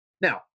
Now